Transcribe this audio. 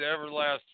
Everlast